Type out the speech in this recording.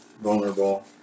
vulnerable